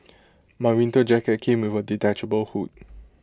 my winter jacket came with A detachable hood